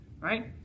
right